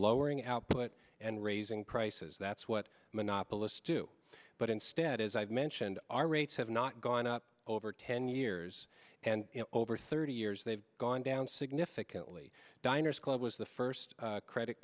lowering output and raising prices that's what monopolists do but instead as i mentioned our rates have not gone up over ten years and over thirty years they've gone down significantly diners club was the first credit